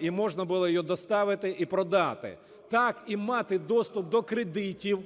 і можна було її доставити і продати, так і мати доступ до кредитів,